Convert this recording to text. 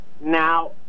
Now